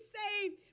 saved